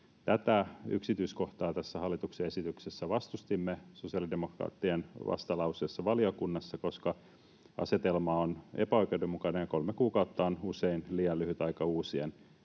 Tätä yksityiskohtaa tässä hallituksen esityksessä vastustimme sosiaalidemokraattien vastalauseessa valiokunnassa, koska asetelma on epäoikeudenmukainen ja kolme kuukautta on usein liian lyhyt aika uusien,